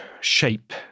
shape